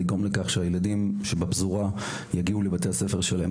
היא לגרום לכך שהילדים בפזורה יגיעו לבתי הספר שלהם.